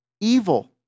evil